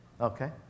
Okay